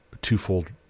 twofold